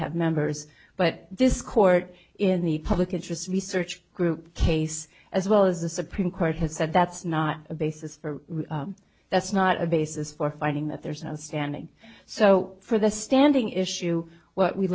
have members but this court in the public interest research group case as well as the supreme court has said that's not a basis for that's not a basis for finding that there's an outstanding so for the standing issue what we